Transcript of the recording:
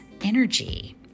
energy